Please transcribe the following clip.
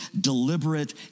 deliberate